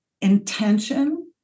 Intention